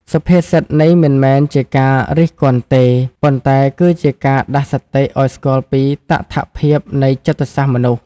សុភាសិតនេះមិនមែនជាការរិះគន់ទេ ប៉ុន្តែគឺជាការដាស់សតិឱ្យស្គាល់ពីតថភាពនៃចិត្តសាស្ត្រមនុស្ស។